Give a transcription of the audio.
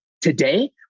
today